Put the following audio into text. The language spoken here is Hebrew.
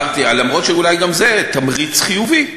למרות שאולי גם זה תמריץ חיובי.